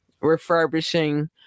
refurbishing